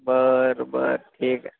बर बर ठीक आहे